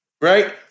right